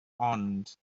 ond